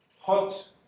hot